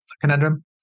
conundrum